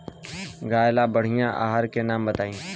गाय ला बढ़िया आहार के नाम बताई?